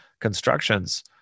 constructions